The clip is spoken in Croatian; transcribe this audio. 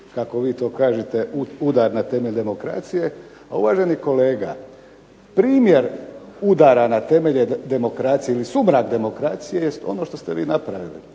kako vi to kažete udar na temelj demokracije. A uvaženi kolega primjer udara na temelje demokracije ili sumrak demokracije jest ono što ste vi napravili,